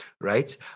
right